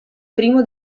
primo